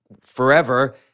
forever